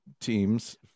teams